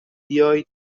بیاید